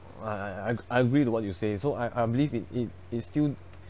ya ya ya I I agree to what you say so I I believe it it is still